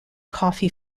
coffee